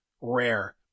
rare